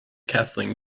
kathleen